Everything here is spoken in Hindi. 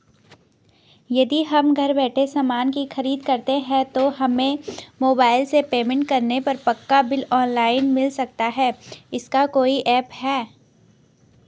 यदि हम घर बैठे सामान की खरीद करते हैं तो हमें मोबाइल से पेमेंट करने पर पक्का बिल ऑनलाइन मिल सकता है इसका कोई ऐप है